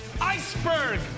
Iceberg